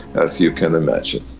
as you can imagine.